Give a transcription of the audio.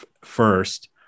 first –